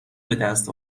بدست